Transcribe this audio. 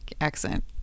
accent